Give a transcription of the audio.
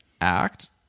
act